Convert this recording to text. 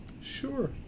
Sure